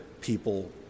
people